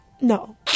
no